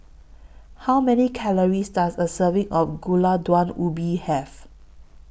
How Many Calories Does A Serving of Gulai Daun Ubi Have